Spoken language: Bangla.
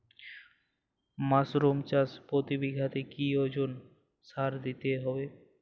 মাসরুম চাষে প্রতি বিঘাতে কি ওজনে সার দিতে হবে?